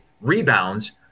rebounds